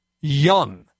Young